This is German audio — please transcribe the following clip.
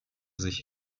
sich